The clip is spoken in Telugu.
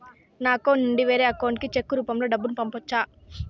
నా అకౌంట్ నుండి వేరే అకౌంట్ కి చెక్కు రూపం లో డబ్బును పంపొచ్చా?